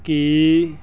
ਕੀ